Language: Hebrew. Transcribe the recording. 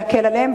להקל בהם,